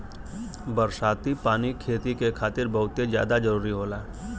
बरसाती पानी खेती के खातिर बहुते जादा जरूरी होला